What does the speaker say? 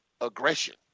aggression